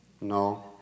No